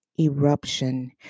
Eruption